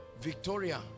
Victoria